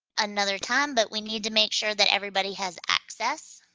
another time, but we need to make sure that everybody has access.